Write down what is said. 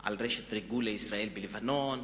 על רשת ריגול ישראלית בלבנון,